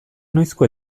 noizko